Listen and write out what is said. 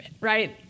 Right